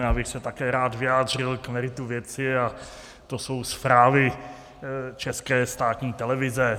Já bych se také rád vyjádřil k meritu věci, a to jsou zprávy České státní televize.